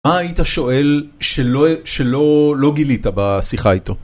מה היית שואל שלא גילית בשיחה איתו?